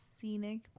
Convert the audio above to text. scenic